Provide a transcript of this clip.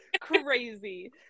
crazy